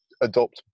adopt